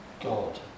God